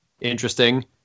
interesting